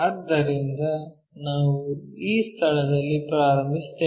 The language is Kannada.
ಆದ್ದರಿಂದ ನಾವು ಈ ಸ್ಥಳದಲ್ಲಿ ಪ್ರಾರಂಭಿಸುತ್ತೇವೆ